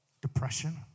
depression